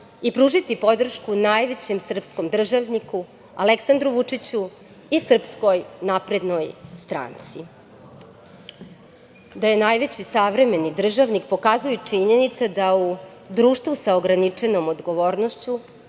i pružiti podršku najvećem srpskom državniku Aleksandru Vučiću i SNS.Da je najveći savremeni državnik pokazuje i činjenica da u društvu sa ograničenom odgovornošću